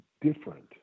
different